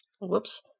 whoops